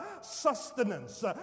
sustenance